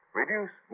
reduce